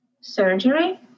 Surgery